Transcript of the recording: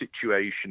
situation